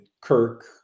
Kirk